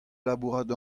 labourat